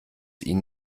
ihnen